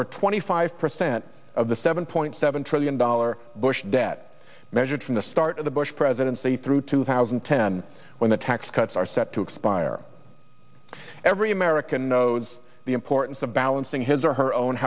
for twenty five percent of the seven point seven trillion dollar bush debt measured from the start of the bush presidency through two thousand and ten when the tax cuts are set to expire every american knows the importance of balancing his or her own